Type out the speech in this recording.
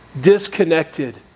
Disconnected